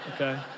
okay